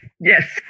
Yes